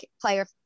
player